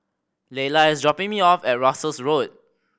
Leila is dropping me off at Russels Road